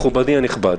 מכובדי הנכבד,